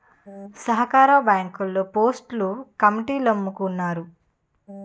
సహకార బ్యాంకుల్లో పోస్టులు కమిటీలోల్లమ్ముకున్నారు